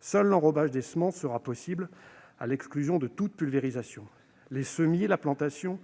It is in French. Seul l'enrobage des semences sera possible, à l'exclusion de toute pulvérisation. Les semis, la plantation